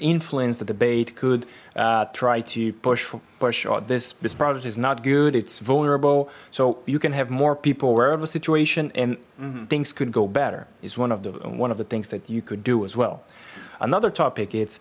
influence the debate could try to push push or this this project is not good its vulnerable so you can have more people wherever situation and things could go better it's one of the one of the things that you could do as well another topic i